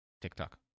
TikTok